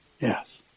Yes